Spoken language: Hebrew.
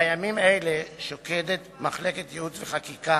בימים אלה שוקדת מחלקת ייעוץ וחקיקה,